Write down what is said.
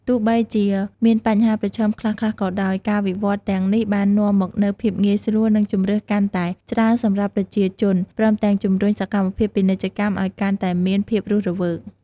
ទោះបីជាមានបញ្ហាប្រឈមខ្លះៗក៏ដោយ ការវិវត្តន៍ទាំងនេះបាននាំមកនូវភាពងាយស្រួល និងជម្រើសកាន់តែច្រើនសម្រាប់ប្រជាជន ព្រមទាំងជំរុញសកម្មភាពពាណិជ្ជកម្មឲ្យកាន់តែមានភាពរស់រវើក។